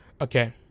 Okay